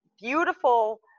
beautiful